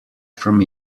from